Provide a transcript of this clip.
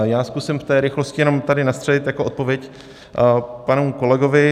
Já zkusím v té rychlosti jenom tady nastřelit jako odpověď panu kolegovi.